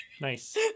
Nice